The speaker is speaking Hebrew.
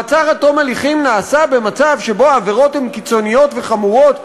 מעצר עד תום הליכים נעשה במצב שבו העבירות הן קיצוניות וחמורות.